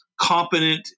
competent